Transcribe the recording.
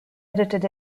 edited